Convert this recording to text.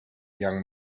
young